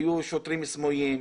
היו שוטרים סמויים,